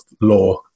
law